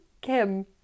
Kim